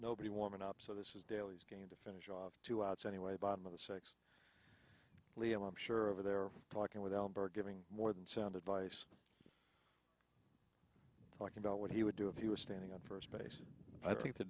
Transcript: nobody warming up so this is dailies game to finish off two outs anyway bottom of the six leo i'm sure over there talking with albert giving more than sound advice talking about what he would do if he was standing on first base i think the